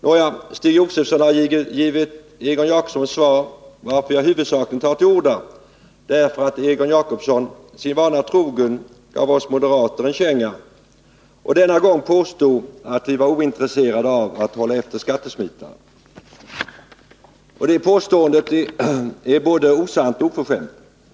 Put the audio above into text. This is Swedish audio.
Nåja, Stig Josefson har gett Egon Jacobsson svar, varför jag tar till orda huvudsakligen därför att Egon Jacobsson sin vana trogen gav oss moderater en känga och denna gång påstod att vi var ointresserade av att hålla efter skattesmitarna. Det påståendet är både osant och oförskämt.